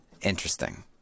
interesting